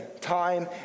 time